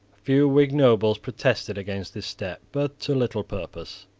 few whig nobles protested against this step, but to little purpose.